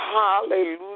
Hallelujah